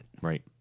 Right